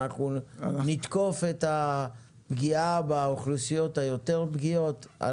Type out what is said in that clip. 'אנחנו נתקוף' את הפגיעה באוכלוסיות היותר פגיעות.